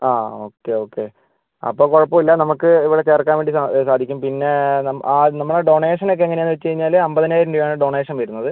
ആ okay okay അപ്പം കുഴപ്പമില്ല നമുക്ക് ഇവിടെ ചേർക്കാൻ വേണ്ടി സാധിക്കും പിന്നെ ആ നമ്മുടെ ഡൊണേഷൻ ഒക്കെ എങ്ങനെയാണെന്ന് വെച്ചു കഴിഞ്ഞാൽ അൻപതിനായിരം രൂപയാണ് ഡൊണേഷൻ വരുന്നത്